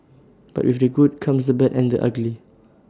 but with the good comes the bad and the ugly